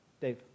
Dave